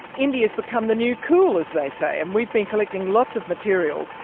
india's become the new cool, as they say, and we've been collecting lots of material